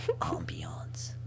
Ambiance